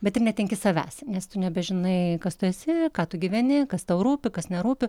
bet ir netenki savęs nes tu nebežinai kas tu esi ką tu gyveni kas tau rūpi kas nerūpi